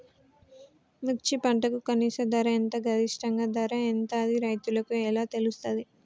మిర్చి పంటకు కనీస ధర ఎంత గరిష్టంగా ధర ఎంత అది రైతులకు ఎలా తెలుస్తది?